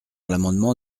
l’amendement